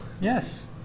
yes